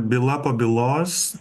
byla po bylos